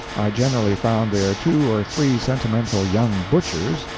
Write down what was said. i generally found there two or three sentimental young butchers,